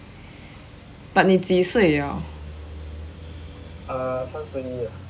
but 你几岁 liao